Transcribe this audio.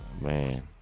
man